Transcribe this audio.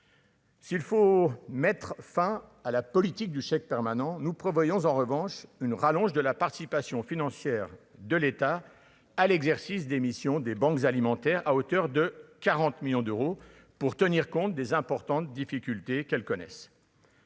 S'il faut mettre fin à la politique du chèque permanent, nous prévoyons en revanche une rallonge de la participation financière de l'État à l'exercice des missions des banques alimentaires, à hauteur de 40 millions d'euros pour tenir compte des importantes difficultés qu'elles connaissent.